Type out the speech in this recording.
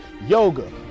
yoga